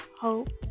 hope